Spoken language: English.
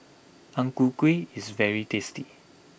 Ang Ku Kueh is very tasty